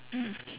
mm